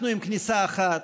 אנחנו עם כניסה אחת,